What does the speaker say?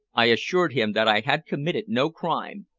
i assured him that i had committed no crime,